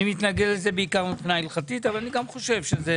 אני מתנגד לזה בעיקר מבחינה הלכתית אבל אני גם חושב שזה